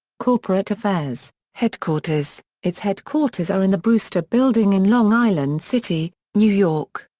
corporate affairs headquarters its headquarters are in the brewster building in long island city, new york.